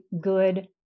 good